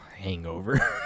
hangover